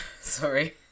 sorry